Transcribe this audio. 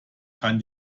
kann